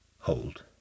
hold